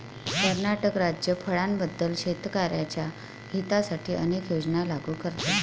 कर्नाटक राज्य फळांबद्दल शेतकर्यांच्या हितासाठी अनेक योजना लागू करते